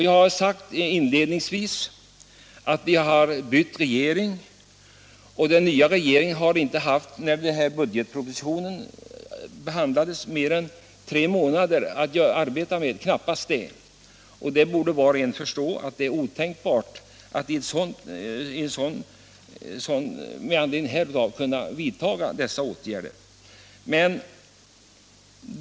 Jag sade inledningsvis att vi har bytt regering, och den nya regeringen hade inte när budgetpropositionen behandlades haft mer än tre månader på sig — ja, knappast det — att arbeta. Var och en borde förstå att det är otänkbart att på så kort tid kunna vidta de här åtgärderna.